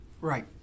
right